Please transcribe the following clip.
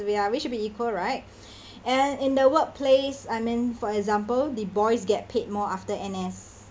we are we should be equal right and in the workplace I mean for example the boys get paid more after N_S